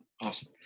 awesome